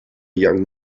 young